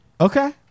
okay